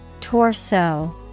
Torso